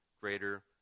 greater